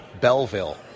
Belleville